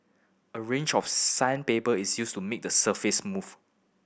a range of sandpaper is used to make the surface smooth